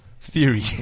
theory